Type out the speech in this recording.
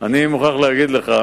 אני מוכרח להגיד לך